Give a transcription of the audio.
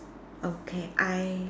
okay I